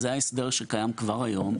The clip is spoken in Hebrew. זה ההסדר שקיים כבר היום.